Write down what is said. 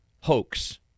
hoax